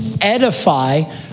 edify